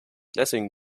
lessing